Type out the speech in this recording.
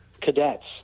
cadets